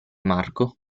marco